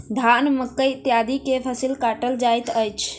धान, मकई इत्यादि के फसिल काटल जाइत अछि